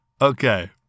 okay